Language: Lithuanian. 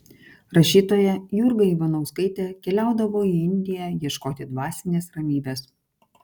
rašytoja jurga ivanauskaitė keliaudavo į indiją ieškoti dvasinės ramybės